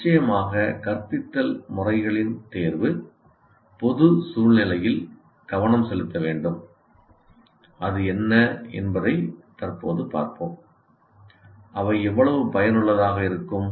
நிச்சயமாக கற்பித்தல் முறைகளின் தேர்வு பொது சூழ்நிலையில் கவனம் செலுத்த வேண்டும் அது என்ன என்பதை தற்போது பார்ப்போம் அவை எவ்வளவு பயனுள்ளதாக இருக்கும்